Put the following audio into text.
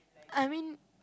I mean